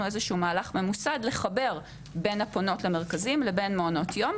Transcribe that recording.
איזה שהוא מהלך ממוסד לחבר בין הפונות המרכזים לבין מעונות יום.